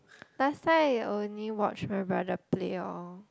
last time I only watch my brother play oh